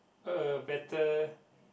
a better